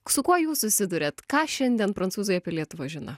su kuo jūs susiduriat ką šiandien prancūzai apie lietuvą žino